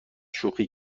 شوخی